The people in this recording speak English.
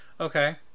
Okay